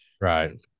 Right